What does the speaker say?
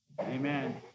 Amen